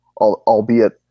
albeit